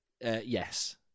Yes